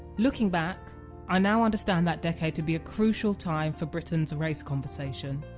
looking back i now understand that decade to be a crucial time for britain's race conversation.